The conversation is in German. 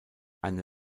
eine